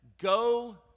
go